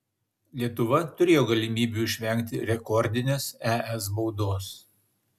lietuva turėjo galimybių išvengti rekordinės es baudos